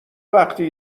وقتی